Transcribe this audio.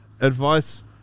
advice